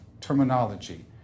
terminology